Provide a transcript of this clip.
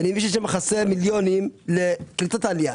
ואני מבין שחסר מיליונים לקליטת העלייה.